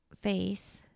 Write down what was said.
face